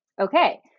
okay